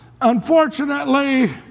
unfortunately